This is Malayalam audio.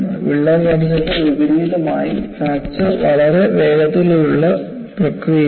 വിള്ളൽ വളർച്ചയ്ക്ക് വിപരീതമായി ഫ്രാക്ചർ വളരെ വേഗതയുള്ള പ്രക്രിയയാണ്